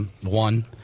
one